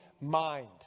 mind